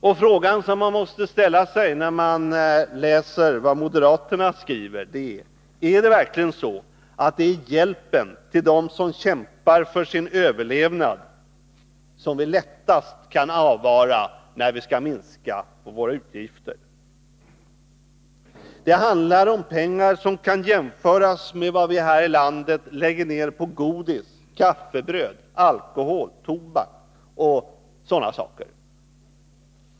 När man läser vad moderaterna skriver måste man ställa sig frågan: Är det verkligen hjälpen till dem som kämpar för sin överlevnad som vi lättast kan avvara när vi skall minska på våra utgifter? Det handlar om summor som kan jämföras med vad vi här i landet lägger ned på sådana saker som godis, kaffebröd, alkohol och tobak.